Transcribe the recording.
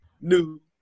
new